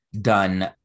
done